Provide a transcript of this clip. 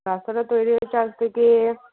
তারপরে তো এই যে এটার থেকে